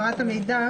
לא.